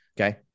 okay